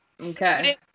Okay